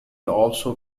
also